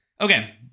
Okay